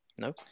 No